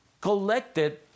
collected